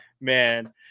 Man